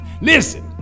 Listen